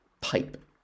pipe